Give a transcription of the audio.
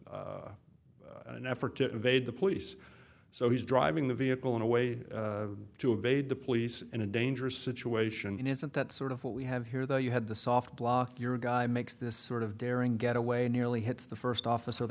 on an effort to evade the police so he's driving the vehicle in a way to evade the police in a dangerous situation isn't that sort of what we have here though you had the soft block your guy makes this sort of daring getaway nearly hits the first officer they